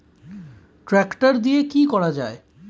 Tractor দিয়ে কি করা যায়?